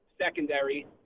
secondary